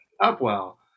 Upwell